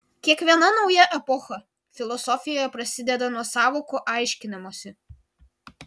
kiekviena nauja epocha filosofijoje prasideda nuo sąvokų aiškinimosi